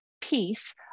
Peace